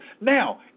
Now